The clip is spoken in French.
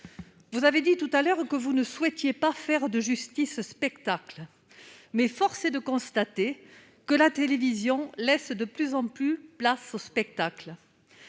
lors de la discussion générale que vous ne souhaitiez pas faire de justice spectacle, mais force est de constater que la télévision laisse de plus en plus de place au spectacle.